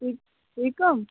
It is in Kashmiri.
تُہۍ تُہۍ کٕم